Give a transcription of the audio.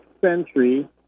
century